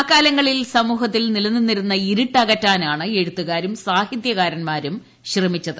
അക്കാലങ്ങളിൽ സ്ഥുമൂഹ്ത്തിൽ നിലനിന്നിരുന്ന ഇരുട്ട് അകറ്റാനാണ് എഴുത്തുകാരും സാഹിത്യകാരന്മാരും ശ്രമിച്ചത്